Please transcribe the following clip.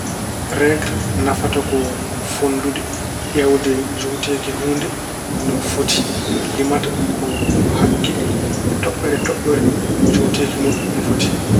Reegle nafata ko fonndude, ƴeewde njuuteeki huunde no foti. Limata ko hakke toɓɓere e toɓɓere njuuteeki mun no foti.